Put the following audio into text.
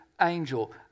angel